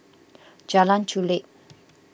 Jalan Chulek